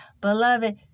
Beloved